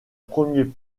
premier